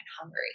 hungry